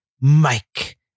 Mike